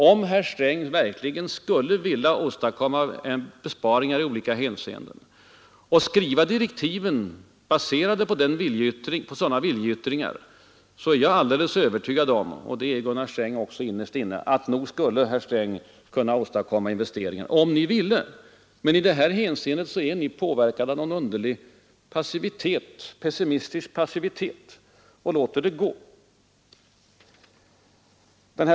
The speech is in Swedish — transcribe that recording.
Om herr Sträng verkligen ville göra besparingar i olika hänseenden och skrev direktiv baserade på sådana viljeyttringar är jag alldeles övertygad om — och det är Gunnar Sträng också innerst inne — att han skulle kunna åstadkomma besparingar. Men i detta hänseende är Ni påverkad av någon underlig pessimistisk passivitet och låter det gå.